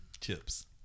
chips